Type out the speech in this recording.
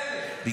חמישה אתיופים?